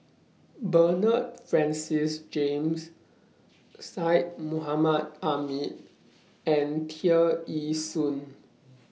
Bernard Francis James Syed Mohamed Ahmed and Tear Ee Soon